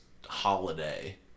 holiday